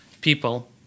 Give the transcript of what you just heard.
people